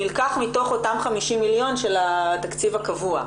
נלקח מתוך אותם 50 מיליון של התקציב הקבוע.